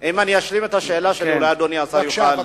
אם אני אשלים את השאלה, אולי אדוני השר יוכל,